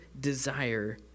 desire